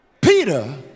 Peter